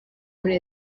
muri